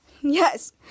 Yes